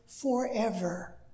forever